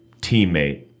teammate